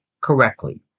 correctly